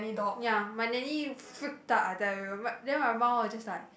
ya my nanny freaked out I tell you but then my mum were just like